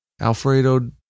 alfredo